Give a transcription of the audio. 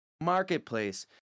marketplace